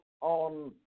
on